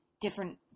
different